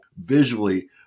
visually